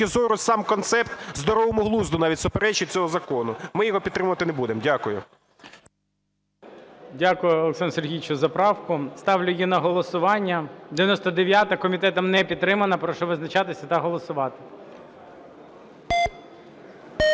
зору сам концепт здоровому глузду навіть суперечить цього закону. Ми його підтримувати не будемо. Дякую. ГОЛОВУЮЧИЙ. Дякую, Олександре Сергійовичу, за правку. Ставлю її на голосування. 99-а. Комітетом не підтримана. Прошу визначатися та голосувати.